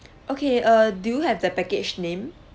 okay err do you have the package name